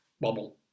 bubble